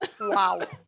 Wow